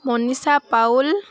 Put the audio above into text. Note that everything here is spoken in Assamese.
মনিষা পাউল